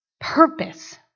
purpose